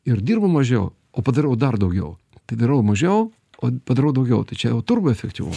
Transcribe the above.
ir dirbu mažiau o padarau dar daugiau tai darau mažiau o padarau daugiau tai čia jau turbo efektyvu